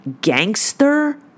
gangster